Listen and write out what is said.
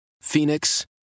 Phoenix